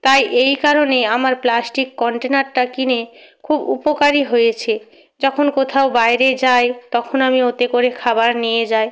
তাই এই কারণেই আমার প্লাস্টিক কন্টেনারটা কিনে খুব উপকারই হয়েছে যখন কোথাও বাইরে যাই তখন আমি ওতে করে খাবার নিয়ে যাই